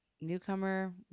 newcomer